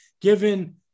given